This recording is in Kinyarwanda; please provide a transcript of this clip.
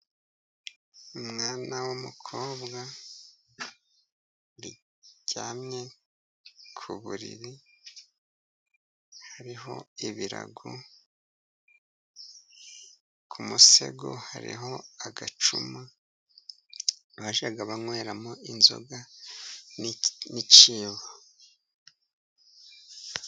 Umwana w'umukobwa aryamye ku buriri, hariho ibirago ku musego, hariho agacuma bajyaga banyweramo inzoga n'icyibo.